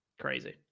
Crazy